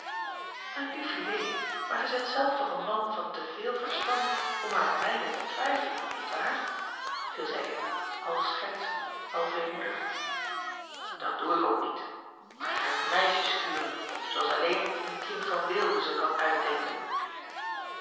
een lief idee maar gij zijt zelf toch een man van te veel verstand om aan het mijne te twijfelen niet waar viel zij in half schertsend half weemoedig dat doe ik ook niet maar gij hebt meisjeskuren zooals alleen een kind van weelde ze kan uitdenken